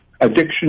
addiction